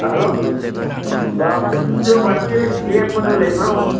ꯑꯥ ꯍꯜꯂꯣ ꯕꯣꯏꯗꯨꯁꯨ ꯕꯥꯔꯕꯤ ꯌꯦꯛꯄꯗꯨ ꯂꯩꯕ꯭ꯔꯣ